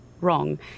wrong